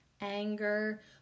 anger